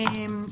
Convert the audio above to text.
טוב.